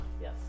Yes